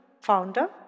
founder